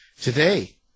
today